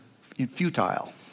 futile